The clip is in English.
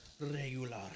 Regular